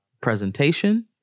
presentation